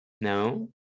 no